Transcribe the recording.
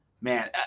man